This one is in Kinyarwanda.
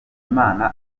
imana